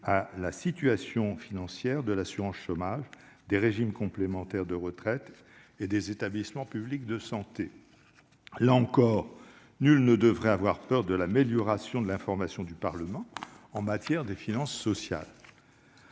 à la situation financière de l'assurance chômage, des régimes complémentaires de retraite et des établissements publics de santé. Là encore, nul ne devrait avoir peur de l'amélioration de l'information du Parlement en matière de finances sociales.